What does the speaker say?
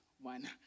one